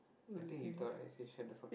I think he thought I say shut up